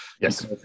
Yes